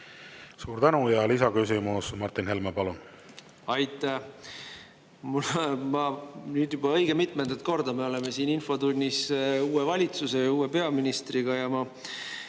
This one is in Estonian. Suur tänu! Ja lisaküsimus, Martin Helme, palun! Aitäh! Juba õige mitmendat korda me oleme siin infotunnis uue valitsuse ja uue peaministriga. Ja